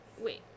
wait